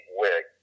wig